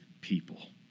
people